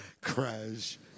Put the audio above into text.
Crash